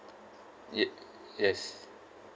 ye~ yes